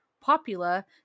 popular